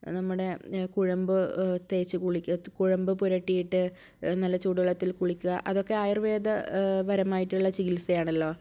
നമ്മുടെ കുഴമ്പ് തേച്ച് കുളിക്കുക കുഴമ്പ് പുരട്ടിയിട്ട് നല്ല ചൂടുവെള്ളത്തിൽ കുളിക്കുക അതൊക്കെ ആയുർവേദ പരമായിട്ടുള്ള ചികിത്സയാണല്ലോ